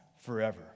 forever